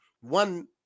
One